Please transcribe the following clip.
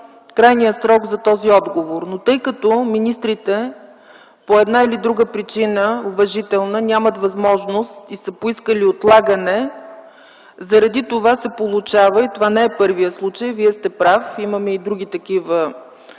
крайният срок за този отговор. Но тъй като министрите по една или друга уважителна причина нямат възможност и са поискали отлагане, заради това се получава така. Това не е първият случай, Вие сте прав, имаме и други такива